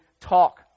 talk